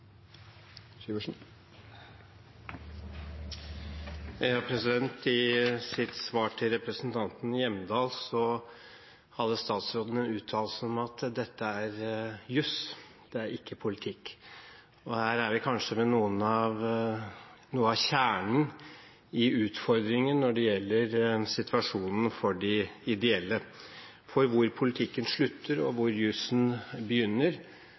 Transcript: og viktig. I sitt svar til representanten Hjemdal hadde statsråden en uttalelse om at dette er juss, det er ikke politikk. Her er vi kanskje ved noe av kjernen i utfordringen når det gjelder situasjonen for de ideelle. Hvor politikken slutter og hvor jussen begynner,